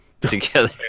together